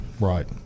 right